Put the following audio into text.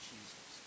Jesus